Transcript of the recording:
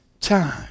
time